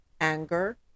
anger